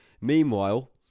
Meanwhile